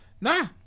nah